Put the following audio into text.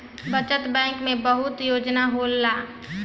बचत बैंक में बहुते योजना होला